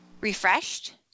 refreshed